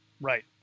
Right